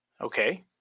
Okay